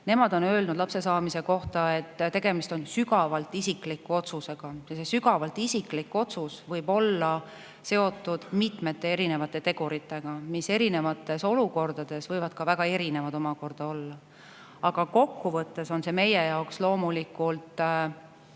nemad on öelnud lapse saamise kohta, et tegemist on sügavalt isikliku otsusega ja see sügavalt isiklik otsus võib olla seotud mitmete erinevate teguritega, mis erinevates olukordades võivad omakorda väga erinevad olla. Aga kokkuvõttes on see meie jaoks loomulikult